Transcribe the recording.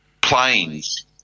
planes